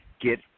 get